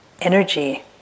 energy